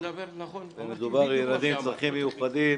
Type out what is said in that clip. מדובר בילדים עם צרכים מיוחדים